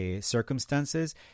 circumstances